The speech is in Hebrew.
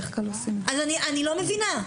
אני לא מבינה.